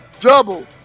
double